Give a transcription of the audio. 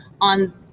on